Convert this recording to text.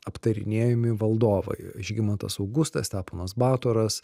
aptarinėjami valdovai žygimantas augustas steponas batoras